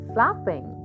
Flapping